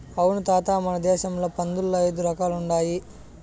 అవును తాత మన దేశంల పందుల్ల ఐదు రకాలుండాయి